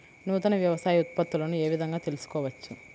నూతన వ్యవసాయ ఉత్పత్తులను ఏ విధంగా తెలుసుకోవచ్చు?